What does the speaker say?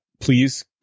please